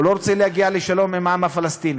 הוא לא רוצה להגיע לשלום עם העם הפלסטיני.